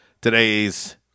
today's